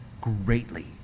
greatly